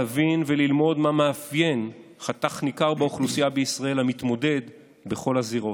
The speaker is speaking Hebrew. להבין וללמוד מה מאפיין חתך ניכר באוכלוסייה בישראל המתמודד בכל הזירות,